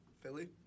Philly